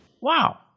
Wow